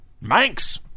Manx